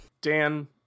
Dan